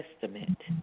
Testament